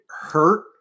hurt